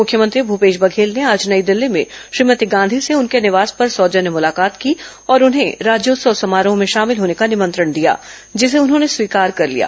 मुख्यमंत्री भूपेश बघेल ने आज नई दिल्ली में श्रीमती गांधी से उनके निवास पर सौजन्य मुलाकात की और उन्हें राज्योत्सव समारोह में शामिल होने का निमंत्रण दिया जिसे उन्होंने स्वीकार कर लिया